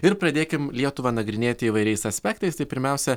ir pradėkim lietuvą nagrinėti įvairiais aspektais tai pirmiausia